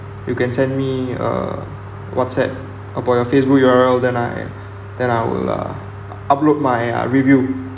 you can send me uh whatsapp about your Facebook U_R_L then I then I will uh upload my uh review